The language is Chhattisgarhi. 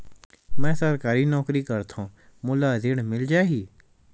मै सरकारी नौकरी करथव मोला ऋण मिल जाही?